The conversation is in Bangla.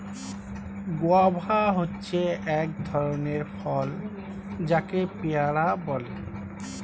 গুয়াভা হচ্ছে এক ধরণের ফল যাকে পেয়ারা বলে